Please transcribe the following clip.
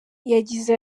yagize